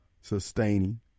sustaining